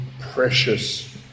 precious